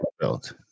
built